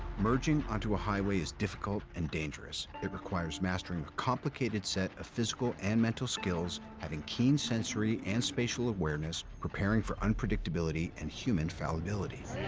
merging onto a highway is difficult and dangerous. it requires mastering a complicated set of physical and mental skills, having keen sensory and spatial awareness, preparing for unpredictability and human fallibility.